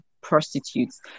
prostitutes